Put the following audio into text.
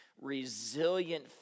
resilient